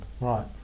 Right